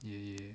ya ya